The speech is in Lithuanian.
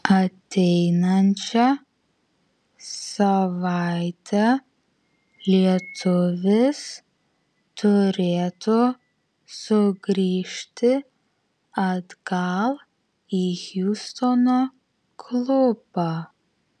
ateinančią savaitę lietuvis turėtų sugrįžti atgal į hjustono klubą